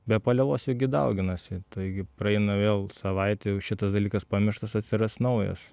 be paliovos jie gi dauginasi taigi praeina vėl savaitė jau šitas dalykas pamirštas atsiras naujas